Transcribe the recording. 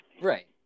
Right